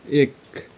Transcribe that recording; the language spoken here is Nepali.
एक